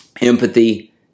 empathy